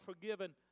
forgiven